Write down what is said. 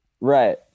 Right